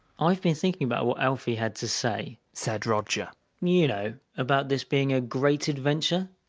i've been thinking about what alfie had to say, said roger. you know, about this being a great adventure.